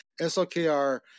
slkr